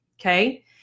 Okay